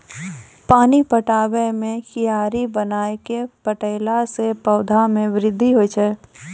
पानी पटाबै मे कियारी बनाय कै पठैला से पौधा मे बृद्धि होय छै?